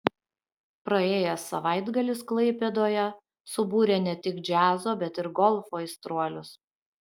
praėjęs savaitgalis klaipėdoje subūrė ne tik džiazo bet ir golfo aistruolius